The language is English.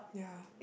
yeah